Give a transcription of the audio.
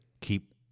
keep